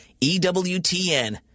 EWTN